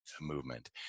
movement